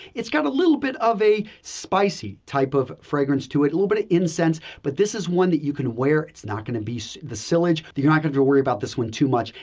it's got a little bit of a spicy-type of fragrance to it, a little bit of incense, but this is one that you can wear. it's not going to be the sillage that you're not going to worry about this one too much.